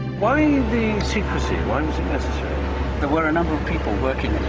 why the secrecy? why was it necessary? there were a number of people working